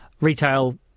Retail